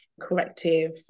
corrective